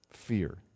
Fear